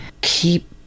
keep